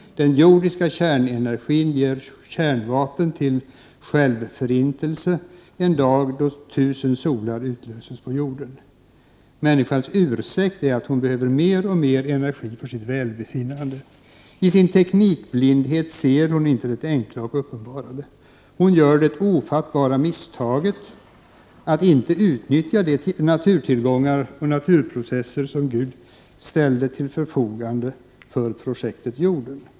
Den jordiska kärnenergin ger kärnvapen för självförintelse en dag, då ”tusen solar utlöses på jorden”. Människans ursäkt är att hon behöver mer och mer energi för sitt välbefinnande. I sin teknikblindhet ser hon inte det enkla och uppenbarade. Hon gör det ofattbara misstaget att inte utnyttja de naturtillgångar och naturprocesser som Gud ställde till förfogande för projektet Jorden.